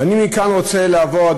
ואני מכאן רוצה לעבור מייד,